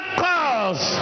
cause